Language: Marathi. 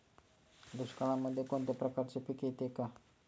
दुष्काळामध्ये कोणत्या प्रकारचे पीक येते का?